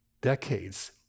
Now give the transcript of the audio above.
decades